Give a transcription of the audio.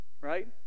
right